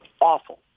awful